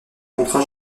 contrat